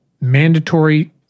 mandatory